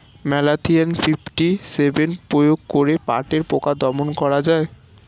Malathion fifty seven প্রয়োগ করে পাটের পোকা দমন করা যায়?